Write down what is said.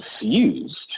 confused